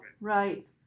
right